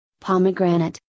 pomegranate